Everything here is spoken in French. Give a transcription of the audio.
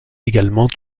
également